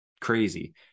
crazy